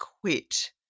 quit